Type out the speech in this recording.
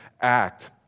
act